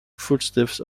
footsteps